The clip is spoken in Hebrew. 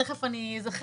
תיכף אני אזכר,